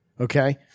Okay